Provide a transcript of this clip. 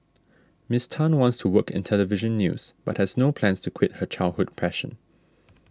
Miss Tan wants to work in Television News but has no plans to quit her childhood passion